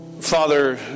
Father